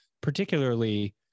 particularly